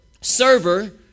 server